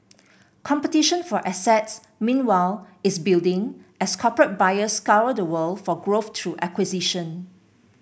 competition for assets meanwhile is building as corporate buyers scour the world for growth through acquisition